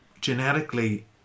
genetically